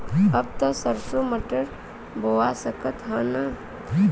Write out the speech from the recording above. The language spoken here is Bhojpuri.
अब त सरसो मटर बोआय सकत ह न?